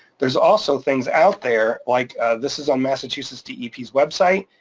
there's also things out there like this is on massachusetts dep's website,